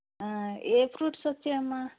ఏ fruits వచ్చాయి అమ్మ